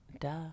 Duh